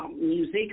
music